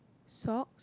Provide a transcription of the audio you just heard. sock